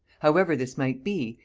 however this might be,